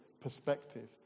perspective